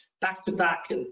back-to-back